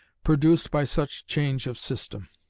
produced by such change of system.